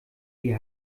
die